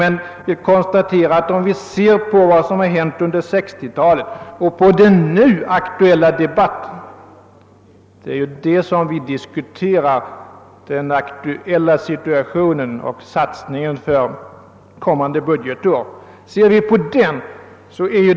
Det intressanta är vad som har hänt under senare år och den nu aktuella debatten — det är ju den aktuella situationen och satsningen för kommande budgetår som vi diskuterar.